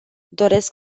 doresc